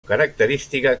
característica